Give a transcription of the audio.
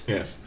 Yes